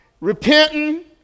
repenting